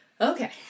Okay